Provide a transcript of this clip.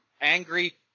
angry